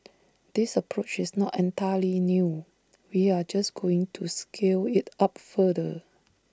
this approach is not entirely new we are just going to scale IT up further